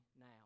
now